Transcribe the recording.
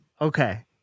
Okay